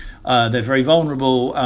ah they're very vulnerable.